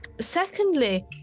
Secondly